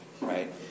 Right